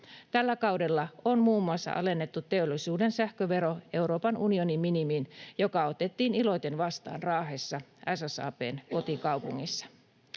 Tällä kaudella on muun muassa alennettu teollisuuden sähkövero Euroopan unionin minimiin, mikä otettiin iloiten vastaan Raahessa, SSAB:n kotikaupungissa.